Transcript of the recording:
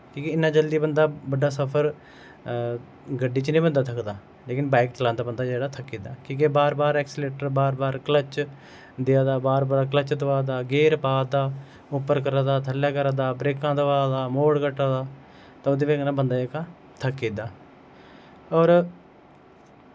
कि के इन्ना जल्दी बंदा बड्डा सफर गड्डी च नी बंदा थकदा लेकिन बाईक चलांदा बंदा जेह्का थक्की जंदा की के बार बार ऐक्सिलेटर बार बार क्लच देआ दा बार बार क्लच दवा दा गियर पा दा उप्पर करा दा थल्लै करा दा ब्रेकां दवा दा मोड़ कट्टा दा तां ओह्दी बजह कन्नै बंदा जेह्का थक्की जंदा और